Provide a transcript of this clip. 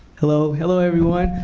hello. hello, everyone.